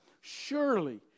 surely